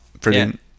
Brilliant